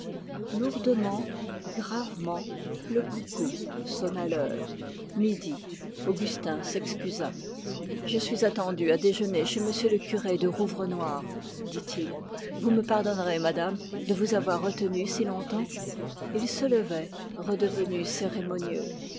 lourdement le coucou sonna l'heure midi augustin s'excusa je suis attendu à déjeuner chez le curé de rouvrenoir dit-il vous me pardonnerez madame de vous avoir retenue si longtemps ils se levaient redevenus cérémonieux